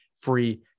free